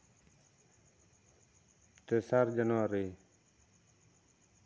ᱛᱮᱥᱟᱨ ᱡᱟᱱᱣᱟᱨᱤ